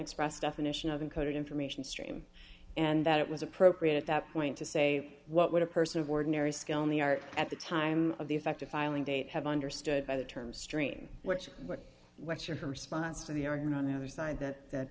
express definition of encoded information stream and that it was appropriate at that point to say what would a person of ordinary skill in the art at the time of the effect of filing date have understood by the term stream which is what what's your response to the arrogant on the other side that